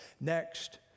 Next